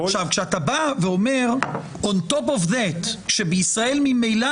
כשאתה בא ואומר שבנוסף לכך שבישראל ממילא